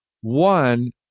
One